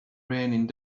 raining